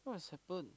what has happened